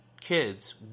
kids